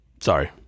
sorry